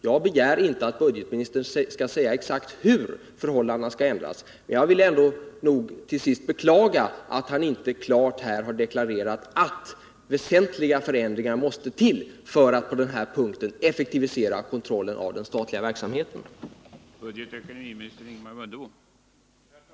Jag begär inte att budgetministern skall säga exakt hur förhållandena nu skall ändras, men jag vill ändå avslutningsvis beklaga att han inte här har deklarerat att väsentliga förändringar måste genomföras för att effektivisera kontrollen av den statliga verksamheten på denna punkt.